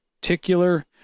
particular